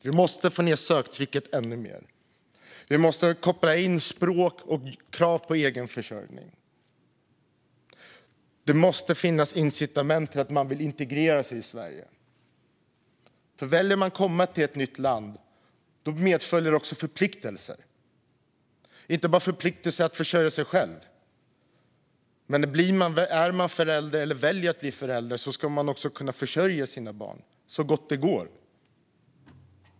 Vi måste få ned söktrycket ännu mer. Vi måste koppla in språk och krav på egen försörjning. Det måste finnas incitament att vilja integrera sig i Sverige, för om man väljer att komma till ett nytt land medföljer förpliktelser. Man måste inte bara kunna försörja sig själv, för om man väljer att bli förälder ska man också kunna försörja sina barn så gott det går.